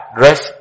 dress